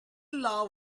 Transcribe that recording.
law